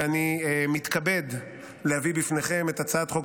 ואני מתכבד להביא בפניכם את הצעת חוק